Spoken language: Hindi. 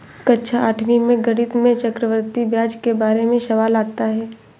कक्षा आठवीं में गणित में चक्रवर्ती ब्याज के बारे में सवाल आता है